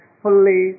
fully